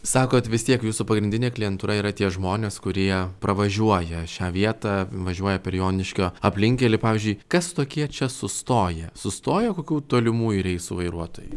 sakot vis tiek jūsų pagrindinė klientūra yra tie žmonės kurie pravažiuoja šią vietą važiuoja per joniškio aplinkkelį pavyzdžiui kas tokie čia sustoja sustoja kokių tolimųjų reisų vairuotojai